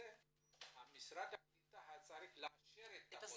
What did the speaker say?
משרד הקליטה צריך לאשר את החוזה.